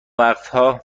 وقتها